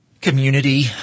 community